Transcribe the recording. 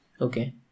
okay